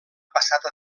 passat